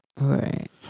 right